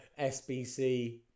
SBC